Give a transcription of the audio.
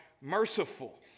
merciful